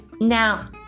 Now